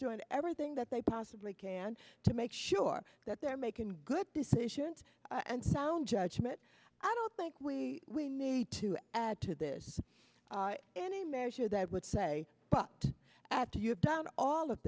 doing everything that they possibly can to make sure that they're making good decisions and sound judgment i don't think we we need to add to this any measure that would say but after you have done all of